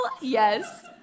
yes